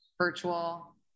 virtual